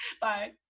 bye